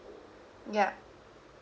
yeah